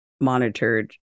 monitored